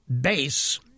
base